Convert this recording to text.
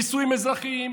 נישואים אזרחיים,